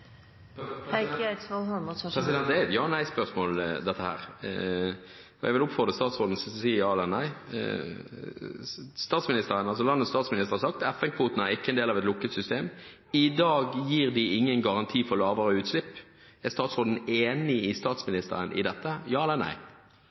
er et ja- eller nei-spørsmål, og jeg vil oppfordre statsråden til å si ja eller nei. Landets statsminister har sagt at FN-kvoten ikke er en del av et lukket system. I dag gir de ingen garanti for lavere utslipp. Er statsråden enig med statsministeren i dette – ja eller nei?